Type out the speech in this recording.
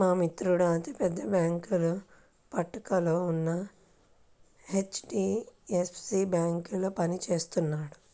మా మిత్రుడు అతి పెద్ద బ్యేంకుల పట్టికలో ఉన్న హెచ్.డీ.ఎఫ్.సీ బ్యేంకులో పని చేస్తున్నాడు